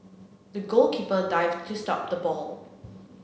the goalkeeper dived to stop the ball